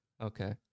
Okay